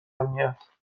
امنیت